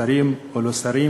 שרים או לא שרים,